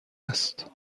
است